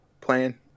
playing